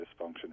dysfunction